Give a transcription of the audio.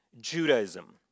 Judaism